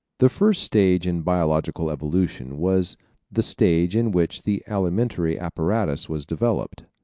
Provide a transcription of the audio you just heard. the first stage in biological evolution was the stage in which the alimentary apparatus was developed.